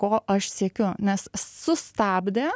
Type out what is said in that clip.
ko aš siekiu nes sustabdė